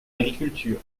agriculture